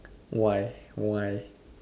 why why